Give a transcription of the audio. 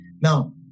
Now